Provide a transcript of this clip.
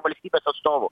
valstybės atstovų